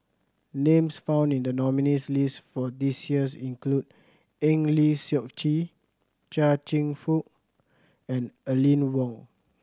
names found in the nominees' list for this years include Eng Lee Seok Chee Chia Cheong Fook and Aline Wong